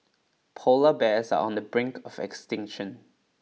polar bears are on the brink of extinction